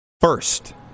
first